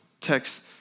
text